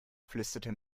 flüsterte